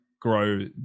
Grow